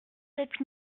sept